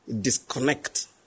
disconnect